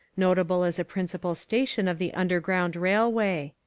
notable as a principal station of the underground railway.